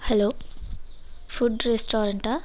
hello food ரெஸ்டாரன்ட்டா